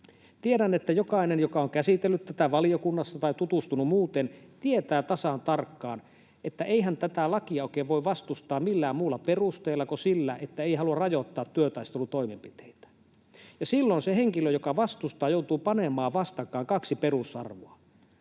Tiedän, että jokainen, joka on käsitellyt tätä valiokunnassa tai tutustunut muuten, tietää tasan tarkkaan, että eihän tätä lakia oikein voi vastustaa millään muulla perusteella kuin sillä, että ei halua rajoittaa työtaistelutoimenpiteitä. Ja silloin se henkilö, joka vastustaa, joutuu panemaan vastakkain kaksi perusarvoa,